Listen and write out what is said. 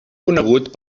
conegut